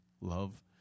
love